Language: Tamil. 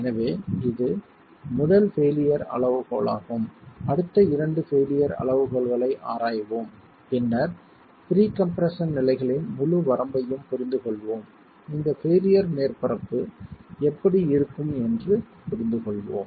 எனவே இது முதல் பெயிலியர் அளவுகோலாகும் அடுத்த இரண்டு பெயிலியர் அளவுகோல்களை ஆராய்வோம் பின்னர் ப்ரீ கம்ப்ரெஸ்ஸன் நிலைகளின் முழு வரம்பையும் புரிந்துகொள்வோம் இந்த பெயிலியர் மேற்பரப்பு எப்படி இருக்கும் என்று புரிந்துகொள்வோம்